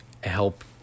help